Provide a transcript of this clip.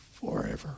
forever